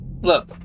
Look